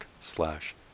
slash